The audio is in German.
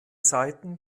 seiten